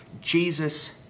Jesus